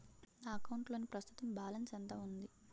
నా అకౌంట్ లోని ప్రస్తుతం బాలన్స్ ఎంత ఉంది?